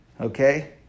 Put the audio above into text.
Okay